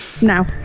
now